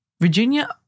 Virginia